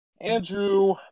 Andrew